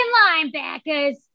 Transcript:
linebackers